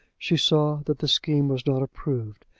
she saw that the scheme was not approved,